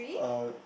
uh